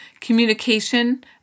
communication